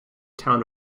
town